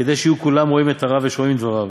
כדי שיהיו כולם רואים הרב ושומעים דבריו.